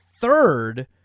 third